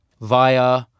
via